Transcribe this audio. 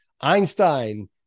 Einstein